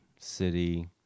city